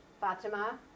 Fatima